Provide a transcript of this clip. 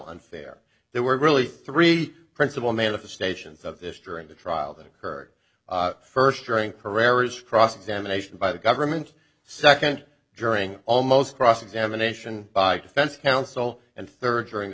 unfair there were really three principal manifestations of this during the trial that occurred first during career was cross examination by the government second during almost cross examination by defense counsel and third during the